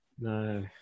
No